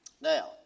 Now